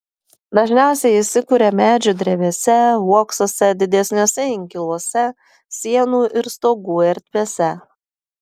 dažniausiai įsikuria medžių drevėse uoksuose didesniuose inkiluose sienų ir stogų ertmėse